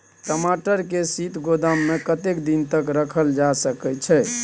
टमाटर के शीत गोदाम में कतेक दिन तक रखल जा सकय छैय?